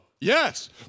yes